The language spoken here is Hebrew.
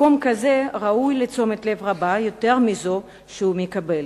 מקום כזה ראוי לתשומת לב רבה יותר מזו שהוא מקבל.